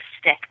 stick